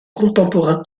contemporain